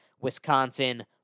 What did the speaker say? Wisconsin